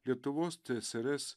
lietuvos tsrs